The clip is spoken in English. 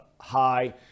high